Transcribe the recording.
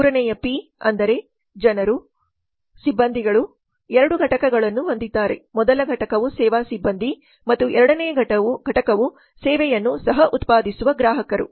ಮೂರನೆಯ ಪಿ ಅಂದರೆ ಜನರು ಎರಡು ಘಟಕಗಳನ್ನು ಹೊಂದಿದ್ದಾರೆ ಮೊದಲ ಘಟಕವು ಸೇವಾ ಸಿಬ್ಬಂದಿ ಮತ್ತು ಎರಡನೆಯ ಘಟಕವು ಸೇವೆಯನ್ನು ಸಹ ಉತ್ಪಾದಿಸುವ ಗ್ರಾಹಕರು